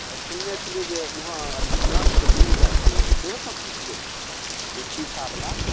सुनने छलियै जे उहाँ अथी काँचके ब्रिज आर बनलैहँ सेहो सभ छै कि यौ ओ सीसा बला